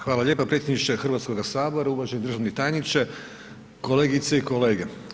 Hvala lijepa predsjedniče Hrvatskoga sabora, uvaženi državni tajniče, kolegice i kolege.